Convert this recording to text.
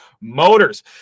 motors